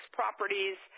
properties